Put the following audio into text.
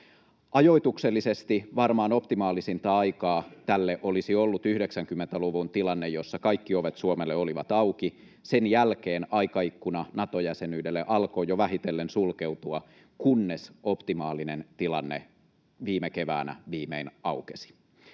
Ajoituksellisesti varmaan optimaalisinta aikaa tälle olisi ollut 90-luvun tilanne, jossa kaikki ovet Suomelle olivat auki. Sen jälkeen aikaikkuna Nato-jäsenyydelle alkoi jo vähitellen sulkeutua, kunnes optimaalinen tilanne viime keväänä viimein aukesi.